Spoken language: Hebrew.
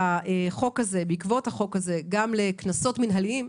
בעקבות החוק הזה, גם לקנסות מנהליים,